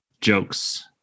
jokes